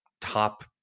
top